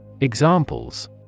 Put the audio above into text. Examples